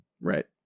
right